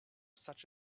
such